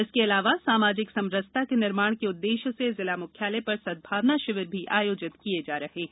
इसके अलावा सामाजिक समरसता के निर्माण के उद्देश्य से जिला मुख्यालय पर सद्भावना शिविर आयोजित किये जा रहे है